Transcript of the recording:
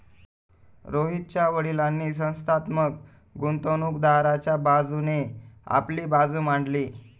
रोहितच्या वडीलांनी संस्थात्मक गुंतवणूकदाराच्या बाजूने आपली बाजू मांडली